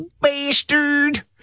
Bastard